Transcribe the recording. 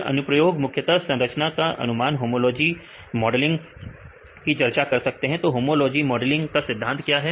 फिर अनुप्रयोग मुख्यता संरचना का अनुमान होमोलॉजी मॉडलग की चर्चा कर सकते हैं तो होमोलॉजी मॉडलग का सिद्धांत क्या है